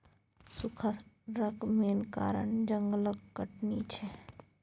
सुखारक मेन कारण जंगलक कटनी छै